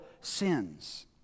sins